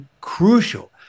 crucial